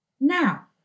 Now